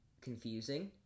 confusing